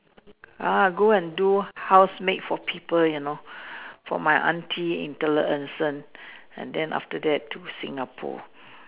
ah go and do housemaid for people you know for my auntie in and then after that to Singapore